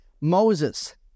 Moses